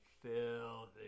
filthy